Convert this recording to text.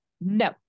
No